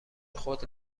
خود